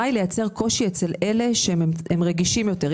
היא לייצר קושי אצל אלה שהם רגישים יותר,